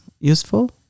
useful